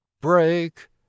break